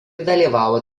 dalyvavo